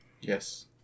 Yes